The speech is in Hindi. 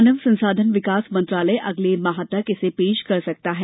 मानव संसाधन विकास मंत्रालय अगले माह तक इसे पेश कर सकता है